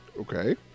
Okay